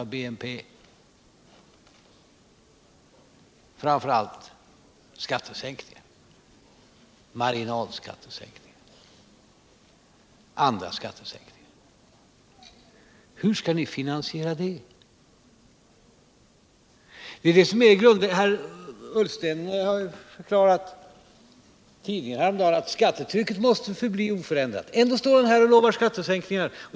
Det gäller framför allt skattesänkningar — marginalskattesänkningar och andra skattesänkningar. Hur skall ni finansiera det? Ola Ullsten har förklarat i tidningarna häromdagen att skattetrycket måste förbli oförändrat. Ändå står han här och lovar skattesänkningar.